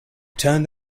turned